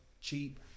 cheap